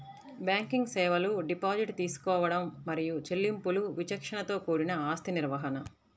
banking సేవలు deposit తీసుకోవడం మరియు చెల్లింపులు విచక్షణతో కూడిన ఆస్తి నిర్వహణ,